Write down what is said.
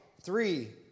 Three